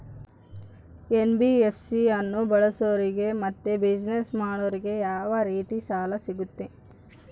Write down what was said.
NBFC ಅನ್ನು ಬಳಸೋರಿಗೆ ಮತ್ತೆ ಬಿಸಿನೆಸ್ ಮಾಡೋರಿಗೆ ಯಾವ ರೇತಿ ಸಾಲ ಸಿಗುತ್ತೆ?